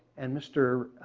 and mr.